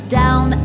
down